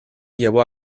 llevó